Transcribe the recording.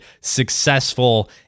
successful